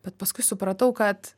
bet paskui supratau kad